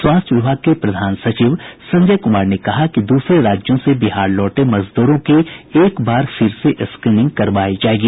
स्वास्थ्य विभाग के प्रधान सचिव संजय कुमार ने कहा है कि दूसरे राज्यों से बिहार लौटे मजदूरों की एक बार फिर से स्क्रीनिंग करवाई जायेगी